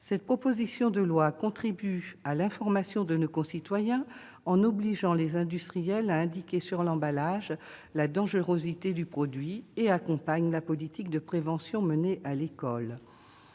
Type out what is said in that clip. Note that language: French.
Ce texte contribue à l'information de nos concitoyens en obligeant les industriels à indiquer sur l'emballage la dangerosité du produit et accompagne la politique de prévention menée à l'école.